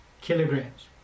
kilograms